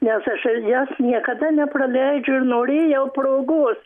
nes aš jos niekada nepraleidžiu ir norėjau progos